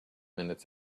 minutes